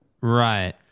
Right